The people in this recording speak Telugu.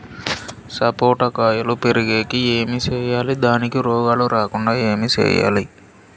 సపోట కాయలు పెరిగేకి ఏమి సేయాలి దానికి రోగాలు రాకుండా ఏమి సేయాలి?